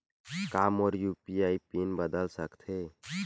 का मोर UPI PIN बदल सकथे?